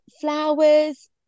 flowers